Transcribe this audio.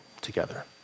together